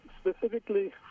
Specifically